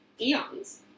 eons